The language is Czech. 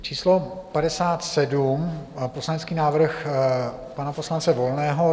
Číslo 57 a poslanecký návrh pana polance Volného.